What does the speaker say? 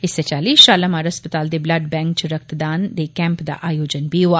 इस्सै चाल्ली शालामार अस्पताल दे ब्लड बैंक च रक्तदान दे कैंप दा आयोजन बी होआ